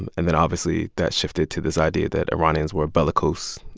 and and then, obviously, that shifted to this idea that iranians were bellicose.